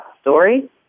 story